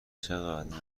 چقدر